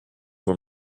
were